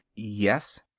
yes.